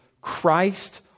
Christ